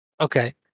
Okay